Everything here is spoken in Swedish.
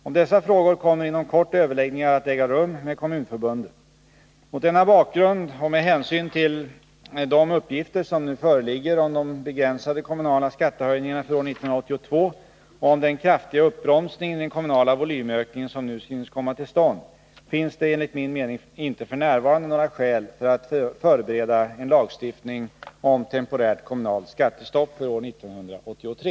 Om dessa frågor kommer inom kort överläggningar att äga rum med kommunförbunden. Mot denna bakgrund och med hänsyn till de uppgifter som nu föreligger om de begränsade kommunala skattehöjningarna för år 1982 och om den kraftiga uppbromsningen i den kommunala volymökningen som nu synes komma till stånd, finns det enligt min mening inte f.n. några skäl för att förbereda en lagstiftning om temporärt kommunalt skattestopp för år 1983.